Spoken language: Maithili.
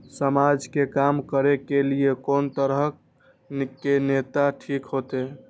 समाज के काम करें के ली ये कोन तरह के नेता ठीक होते?